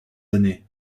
années